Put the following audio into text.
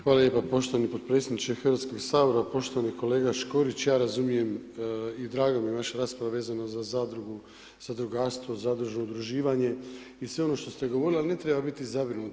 Hvala lijepa poštovani podpredsjedniče Hrvatskog sabora, poštovani kolega Škorić, ja razumijem i draga mi je naša rasprava vezana za zadrugu, zadrugarstvo, zadružno udruživanje i sve ono što ste govorili, ali ne treba biti zabrinut.